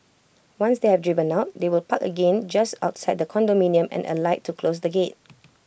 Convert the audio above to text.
once they have driven out they will park again just outside the condominium and alight to close the gate